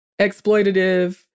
exploitative